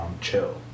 chill